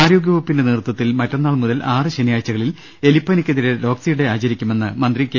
ആരോഗ്യവകുപ്പിന്റെ നേതൃത്വത്തിൽ മറ്റന്നാൾ മുതൽ ആറ് ശനിയാഴ്ചകളിൽ എലിപ്പനിക്കെതിരെ ഡോക്സി ഡേ ആചരിക്കുമെന്ന് മന്ത്രി കെ